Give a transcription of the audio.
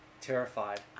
Terrified